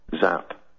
zap